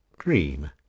GREEN